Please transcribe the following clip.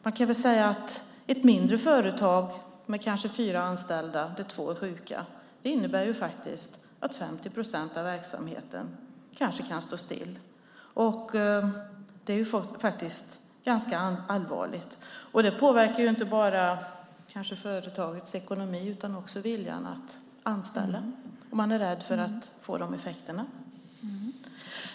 För ett mindre företag med kanske fyra anställda där två är sjuka innebär det faktiskt att 50 procent av verksamheten kan stå still. Det är ganska allvarligt. Det påverkar inte bara företagets ekonomi utan också viljan att anställa. Man är rädd för att få de effekterna.